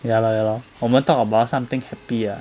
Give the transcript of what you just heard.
ya lor ya lor 我们 talk about something happy lah